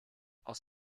aus